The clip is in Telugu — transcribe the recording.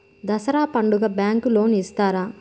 దసరా పండుగ బ్యాంకు లోన్ ఇస్తారా?